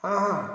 ହଁ ହଁ